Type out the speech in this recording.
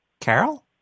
Carol